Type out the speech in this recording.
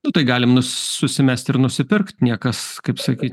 nu tai galim susimest ir nusipirkt niekas kaip sakyt